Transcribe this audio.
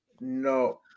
No